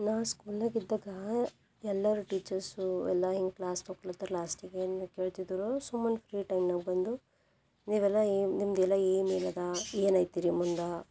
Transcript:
ನಾನು ಸ್ಕೂಲ್ನಾಗಿದ್ದಾಗ ಎಲ್ಲರೂ ಟೀಚರ್ಸು ಎಲ್ಲ ಹೆಂಗೆ ಕ್ಲಾಸ್ ತಕೊಳ್ತಾರೆ ಲಾಸ್ಟಿಗೇನು ಕೇಳ್ತಿದ್ರು ಸುಮ್ಮನೆ ಫ್ರೀ ಟೈಮನಾಗ ಬಂದು ನೀವೆಲ್ಲ ಏನು ನಿಮ್ಮದೆಲ್ಲಾ ಏಮ್ ಏನದ ಏನು ಆಯ್ತೀರಿ ಮುಂದೆ